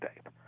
state